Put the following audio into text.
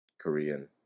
Korean